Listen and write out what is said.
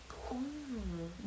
oh